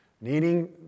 needing